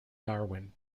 darwin